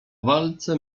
walce